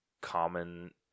common